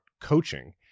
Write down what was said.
coaching